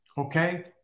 Okay